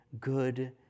good